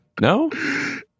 No